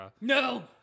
No